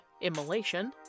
immolation